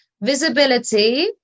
visibility